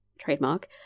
trademark